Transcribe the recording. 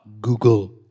Google